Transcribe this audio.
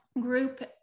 group